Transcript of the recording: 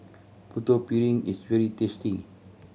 Putu Piring is very tasty